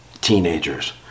teenagers